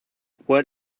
what